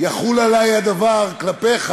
שיחול עלי הדבר כלפיך,